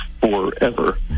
forever